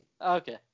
Okay